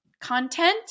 content